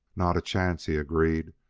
not a chance, he agreed.